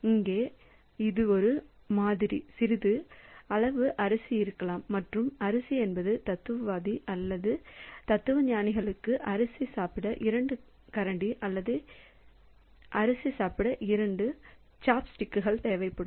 இங்கே இது ஒரு மாதிரி சிறிது அளவு அரிசியாக இருக்கலாம் மற்றும் அரிசி என்பது தத்துவவாதி அல்லது எந்த தத்துவஞானிக்கும் அரிசி சாப்பிட 2 கரண்டி அல்லது அரிசி சாப்பிட 2 சாப்ஸ்டிக்ஸ் தேவைப்படும்